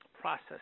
process